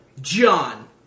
John